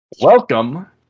Welcome